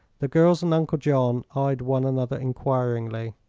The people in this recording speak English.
the girls and uncle john eyed one another enquiringly.